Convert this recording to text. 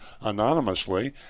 anonymously